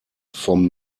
vom